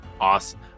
awesome